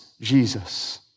Jesus